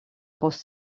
post